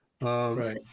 right